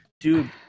Dude